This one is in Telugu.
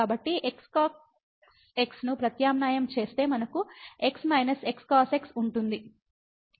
కాబట్టి ఈ x cos x ను ప్రత్యామ్నాయం చేస్తే మనకు x x cos x ఉంటుంది